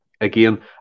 again